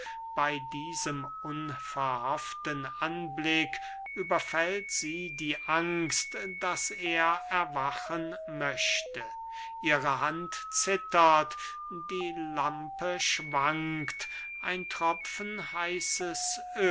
bey diesem unverhofften anblick überfällt sie die angst daß er erwachen möchte ihre hand zittert die lampe schwankt ein tropfen heißes